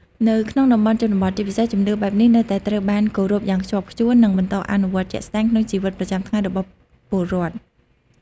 នៅក្នុងតំបន់ជនបទ ជាពិសេស ជំនឿបែបនេះនៅតែត្រូវបានគោរពយ៉ាងខ្ជាប់ខ្ជួន និងបន្តអនុវត្តជាក់ស្ដែងក្នុងជីវិតប្រចាំថ្ងៃរបស់ពលរដ្ឋ។